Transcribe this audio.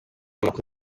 amakuru